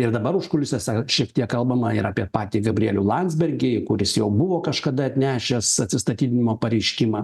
ir dabar užkulisiuose šiek tiek kalbama ir apie patį gabrielių landsbergį kuris jau buvo kažkada atnešęs atsistatydinimo pareiškimą